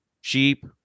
sheep